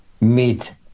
meet